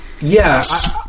Yes